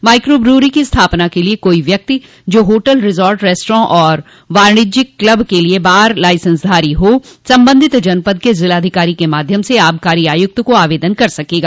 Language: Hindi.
माइक्रो ब्रिवरी की स्थापना के लिये कोई व्यक्ति जो होटल रिजार्ट रेस्टोरेन्ट और वाणिज्यिक क्लब के लिये बार लाइसेंसधारी हो संबंधित जनपद के जिलाधिकारी के माध्यम से आबकारी आयुक्त को आवेदन कर सकेगा